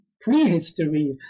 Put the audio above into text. prehistory